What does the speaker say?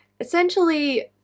Essentially